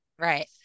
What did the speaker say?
Right